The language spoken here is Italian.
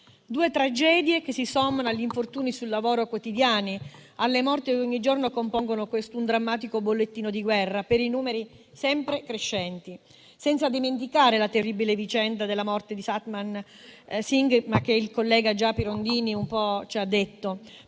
Due tragedie che si sommano agli infortuni sul lavoro quotidiani, alle morti che ogni giorno compongono questo drammatico bollettino di guerra, per i numeri sempre crescenti, senza dimenticare la terribile vicenda della morte di Satnam Singh, della quale il collega Pirondini già ha detto.